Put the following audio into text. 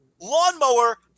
lawnmower